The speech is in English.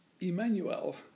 Emmanuel